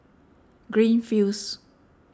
Greenfields